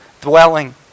dwelling